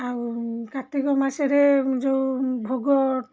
ଆଉ କାର୍ତ୍ତିକ ମାସରେ ଯେଉଁ ଭୋଗ